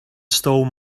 stole